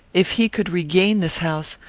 if he could regain this house,